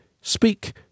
Speak